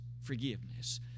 forgiveness